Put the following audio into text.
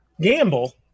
gamble